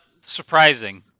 surprising